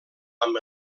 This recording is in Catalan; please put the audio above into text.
amb